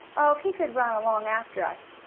oh, he could run along after us.